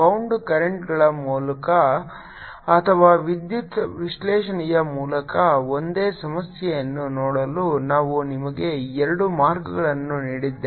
bound ಕರೆಂಟ್ಗಳ ಮೂಲಕ ಅಥವಾ ವಿದ್ಯುತ್ ವಿಶ್ಲೇಷಣೆಯ ಮೂಲಕ ಒಂದೇ ಸಮಸ್ಯೆಯನ್ನು ನೋಡಲು ನಾವು ನಿಮಗೆ ಎರಡು ಮಾರ್ಗಗಳನ್ನು ನೀಡಿದ್ದೇವೆ